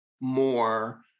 more